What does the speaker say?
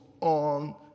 on